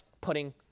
putting